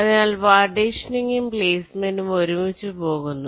അതിനാൽ പാർട്ടീഷനിങ്ങും പ്ലെയ്സ്മെന്റും ഒരുമിച്ച് പോകുന്നു